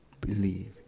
Believe